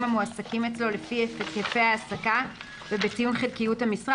המועסקים אצלו לפי היקפי העסקה ובציון חלקיות המשרה,